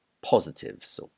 positives